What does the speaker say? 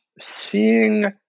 seeing